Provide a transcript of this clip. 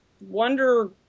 Wonder